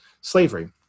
slavery